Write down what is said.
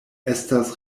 estas